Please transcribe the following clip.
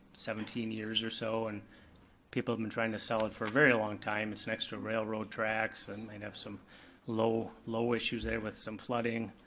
seventeen years or so, and people have been trying to sell it for a very long time, it's next to railroad tracks and might have some low issues issues there with some flooding.